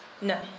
No